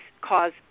cause